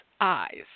eyes